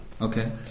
okay